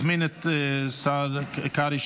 אזמין את השר קרעי,